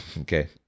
okay